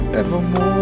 evermore